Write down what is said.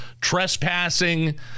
trespassing